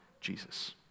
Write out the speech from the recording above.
Jesus